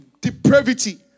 depravity